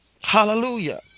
Hallelujah